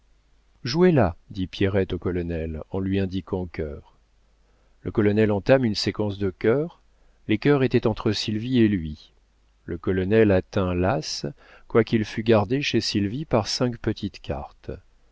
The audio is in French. jouez là dit pierrette au colonel en lui indiquant cœur le colonel entame une séquence de cœur les cœurs étaient entre sylvie et lui le colonel atteint l'as quoiqu'il fût gardé chez sylvie par cinq petites cartes